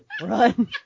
run